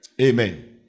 Amen